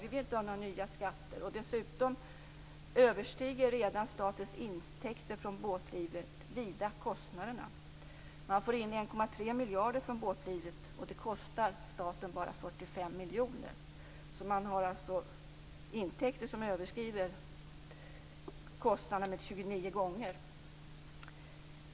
Vi vill inte ha några nya skatter. Dessutom överstiger redan statens intäkter från båtlivet vida kostnaderna. Man får in 1,3 miljarder från båtlivet, och det kostar staten bara 45 miljoner. Man har alltså intäkter som överskrider kostnaderna 29 gånger.